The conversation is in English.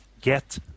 get